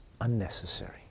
unnecessary